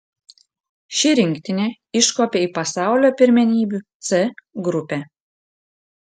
ši rinktinė iškopė į pasaulio pirmenybių c grupę